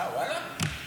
אה, ואללה?